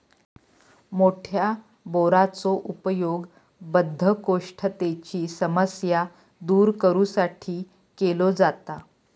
मोठ्या बोराचो उपयोग बद्धकोष्ठतेची समस्या दूर करू साठी केलो जाता